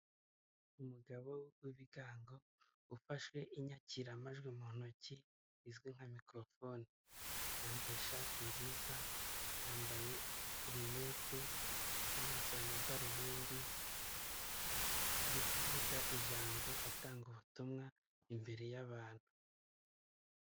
Umugabo w'ibigango, ufashe inyakiramajwi mu ntoki izwi nka mikiro fone. Yambaye ishati nziza, yambaye linete cyangwa se amadarubindi, uri kuvuga ijambo, atanga ubutumwa imbere y'abantu.